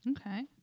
okay